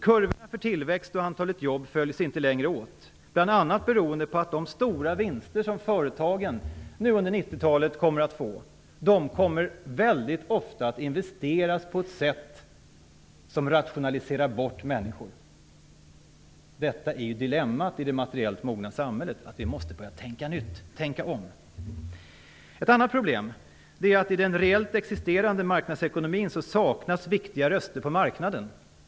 Kurvorna för tillväxt och antalet jobb följs inte längre åt, bl.a. beroende på att de stora vinster som företagen nu under 1990-talet kommer att få väldigt ofta kommer att investeras på ett sätt som rationaliserar bort människor. Detta är dilemmat i det materiellt mogna samhället. Vi måste börja tänka om. Ett annat problem är att det i den rent existerande marknadsekonomin saknas viktiga röster på marknaden.